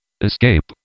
Escape